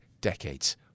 decades